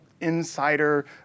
insider